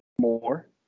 more